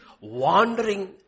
wandering